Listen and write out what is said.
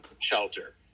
shelter